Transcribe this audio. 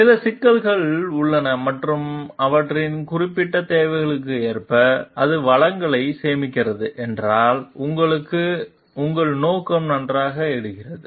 எனவே சில சிக்கல்கள் உள்ளன மற்றும் அவற்றின் குறிப்பிட்ட தேவைகளுக்கு ஏற்ப அது வளங்களை சேமிக்கிறது என்றால் இங்கே உங்கள் நோக்கம் நன்றாக இருக்கிறது